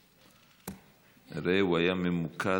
ראה, הוא היה ממוקד.